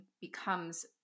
becomes